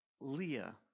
Leah